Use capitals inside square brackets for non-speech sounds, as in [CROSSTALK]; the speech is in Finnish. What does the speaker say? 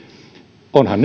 onhan [UNINTELLIGIBLE]